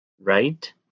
right